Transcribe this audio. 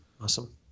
awesome